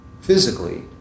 physically